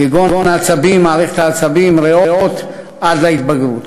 כגון מערכת העצבים והריאות, עד להתבגרות.